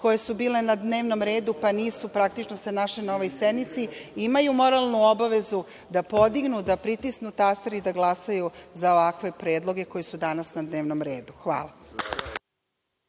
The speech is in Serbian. koje su bile na dnevnom redu, pa nisu, praktično se našle na ovoj sednici, imaju moralnu obavezu da podignu, da pritisnu taster i da glasaju za ovakve predloge koji su danas na dnevnom redu. Hvala.